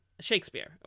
Shakespeare